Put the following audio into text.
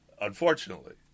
Unfortunately